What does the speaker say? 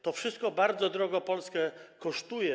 To wszystko bardzo drogo Polskę kosztuje.